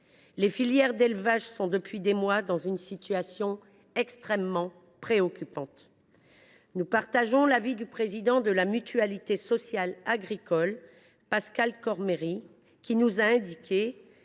Les filières d’élevage sont, depuis des mois, dans une situation extrêmement préoccupante. Nous partageons l’avis du président de la Mutualité sociale agricole, Pascal Cormery, qui nous a indiqué,